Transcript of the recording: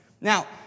Now